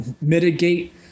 mitigate